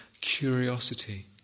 curiosity